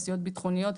תעשיות ביטחוניות.